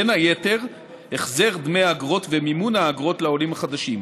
בין היתר החזר דמי אגרות ומימון האגרות לעולים חדשים.